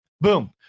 boom